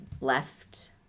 left